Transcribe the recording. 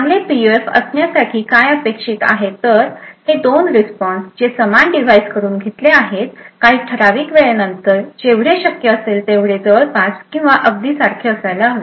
चांगले पीयूएफ असण्यासाठी काय अपेक्षित आहे तर हे दोन रिस्पॉन्स जे समान डिव्हायस कडून घेतले आहेत काही ठराविक वेळानंतर जेवढे शक्य असेल तेवढे जवळपास किंवा अगदी सारखे असायला हवेत